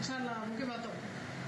this side lah bukit batok